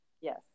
Yes